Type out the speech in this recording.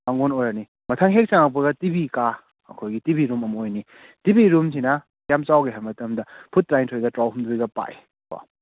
ꯃꯥꯡꯒꯣꯟ ꯑꯣꯏꯔꯅꯤ ꯃꯊꯪ ꯍꯦꯛ ꯆꯪꯉꯛꯄꯒ ꯇꯤꯚꯤ ꯀꯥ ꯑꯩꯈꯣꯏꯒꯤ ꯇꯤꯚꯤ ꯔꯨꯝ ꯑꯃ ꯑꯣꯏꯅꯤ ꯇꯤꯚꯤ ꯔꯨꯝꯁꯤꯅ ꯀꯌꯥꯝ ꯆꯥꯎꯒꯦ ꯍꯥꯏꯕ ꯃꯇꯝꯗ ꯐꯨꯠ ꯇꯔꯥꯅꯤꯊꯣꯏꯒ ꯇꯔꯥꯍꯨꯝꯗꯣꯏꯒ ꯄꯥꯛꯏ ꯀꯣ